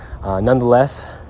nonetheless